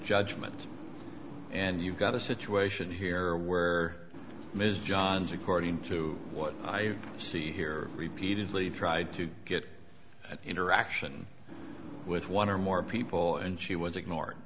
judgment and you've got a situation here where ms johns according to what i see here repeatedly tried to get interaction with one or more people and she was ignored